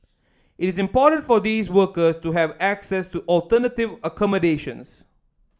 it is important for these workers to have access to alternative accommodations